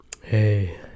Hey